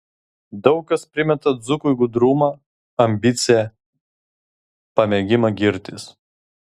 daug kas primeta dzūkui gudrumą ambiciją pamėgimą girtis